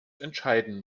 entscheiden